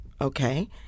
okay